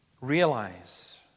realize